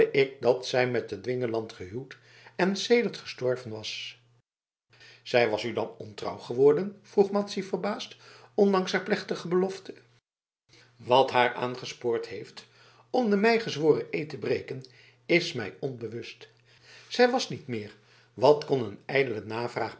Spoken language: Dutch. dat zij met den dwingeland gehuwd en sedert gestorven was zij was u dan ontrouw geworden vroeg madzy verbaasd ondanks haar plechtige belofte wat haar aangespoord heeft om den mij gezworen eed te breken is mij onbewust zij was niet meer wat kon een ijdele navraag